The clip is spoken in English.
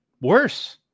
Worse